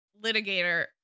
litigator